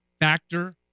factor